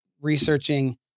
researching